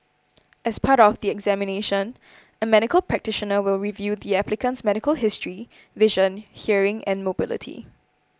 as part of the examination a medical practitioner will review the applicant's medical history vision hearing and mobility